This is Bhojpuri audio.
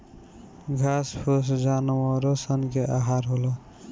घास फूस जानवरो स के आहार होला